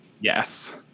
yes